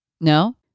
No